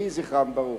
יהי זכרם ברוך.